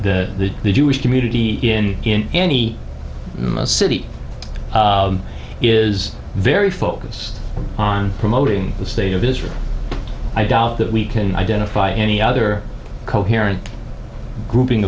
the jewish community in any city is very focused on promoting the state of israel i doubt that we can identify any other coherent grouping